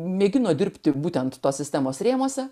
mėgino dirbti būtent tos sistemos rėmuose